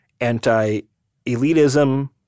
anti-elitism